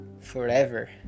forever